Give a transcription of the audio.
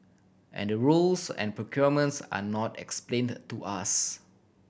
and the rules and are not explained to us